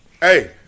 Hey